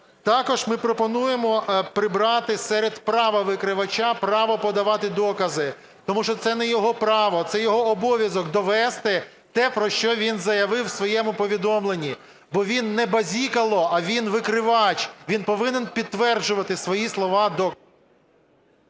Також ми пропонуємо прибрати серед права викривача право подавати докази, тому що це не його право, це його обов'язок довести те, про що він заявив у своєму повідомленні, бо він не базікало, а він викривач. Він повинен підтверджувати свої слова...